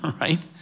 right